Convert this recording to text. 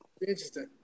interesting